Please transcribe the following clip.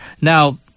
Now